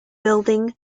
building